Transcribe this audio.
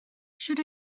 sut